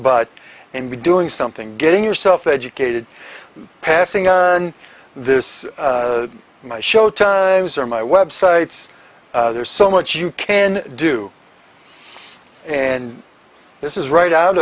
butt and be doing something getting yourself educated passing on this my showtimes are my websites there's so much you can do and this is right out